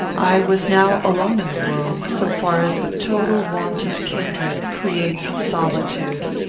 i was now alone in the world, so far as the total want of kindred creates solitude.